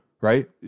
right